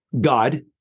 God